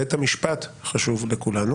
בית המשפט חשוב לכולנו